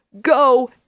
Go